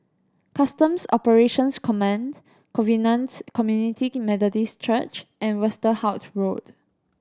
Customs Operations Command Covenants Community Methodist Church and Westerhout Road